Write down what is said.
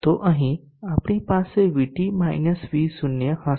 તો અહીં આપણી પાસે VT V0 હશે